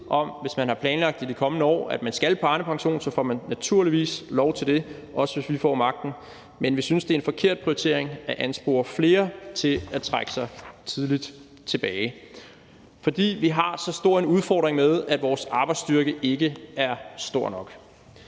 hvis man har planlagt, at man i de kommende år skal på Arnepension, så får man naturligvis lov til det, også hvis vi får magten – men vi synes, det er en forkert prioritering at anspore flere til at trække sig tidligt tilbage, fordi vi har så stor en udfordring med, at vores arbejdsstyrke ikke er stor nok.